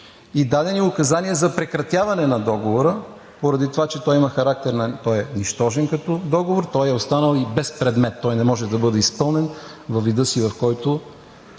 и дадени указания за прекратяване на договора. Поради това че той е нищожен като договор, той е останал и без предмет, той не може да бъде изпълнен във вида си, в който